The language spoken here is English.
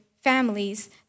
families